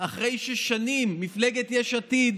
אחרי ששנים מפלגת יש עתיד